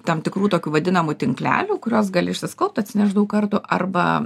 tam tikrų tokių vadinamų tinklelių kurios gali išsiskalbt atsinešt daug kartu arba